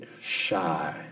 shy